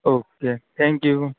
okay thank you